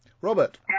Robert